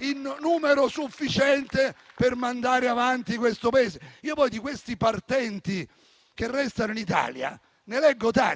in numero sufficiente per mandare avanti questo Paese. Ne leggo tanti, di questi partenti che restano in Italia;